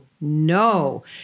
no